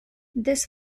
this